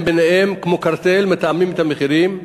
הם, ביניהם, כמו קרטל, מתאמים את המחירים,